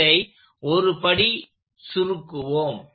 இதை ஒரு படி சுருக்குவோம்